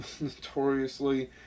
notoriously